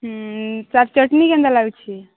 ହୁଁ ତାର ଚଟଣୀ କେମିତି ଲାଗୁଛି